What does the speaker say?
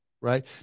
right